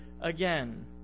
again